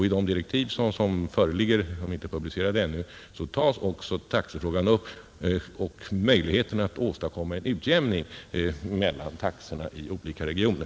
I de direktiv som föreligger — de är inte publicerade ännu — tas också taxefrågan upp och möjligheterna att åstadkomma en utjämning mellan taxorna i olika regioner.